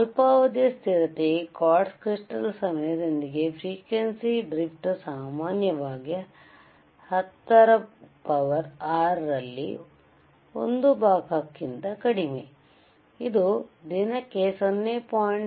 ಅಲ್ಪಾವಧಿಯ ಸ್ಥಿರತೆ quartz crystal ಸಮಯದೊಂದಿಗೆ ಫ್ರೀಕ್ವೆಂಸಿ ಡ್ರಿಫ್ಟ್ ಸಾಮಾನ್ಯವಾಗಿ 106 ರಲ್ಲಿ 1 ಭಾಗಕ್ಕಿಂತ ಕಡಿಮೆ ಇದು ದಿನಕ್ಕೆ 0